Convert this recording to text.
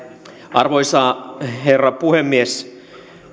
arvoisa herra puhemies